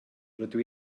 rydw